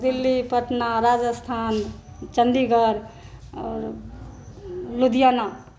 Delhi Patna Rajasthan Chandigarh Ludhiana